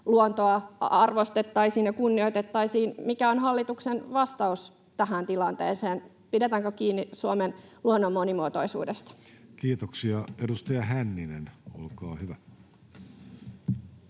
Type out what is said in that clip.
luontoa arvostettaisiin ja kunnioitettaisiin. Mikä on hallituksen vastaus tähän tilanteeseen, pidetäänkö kiinni Suomen luonnon monimuotoisuudesta? Kiitoksia. — Edustaja Hänninen, olkaa hyvä.